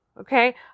Okay